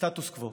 "סטטוס קוו",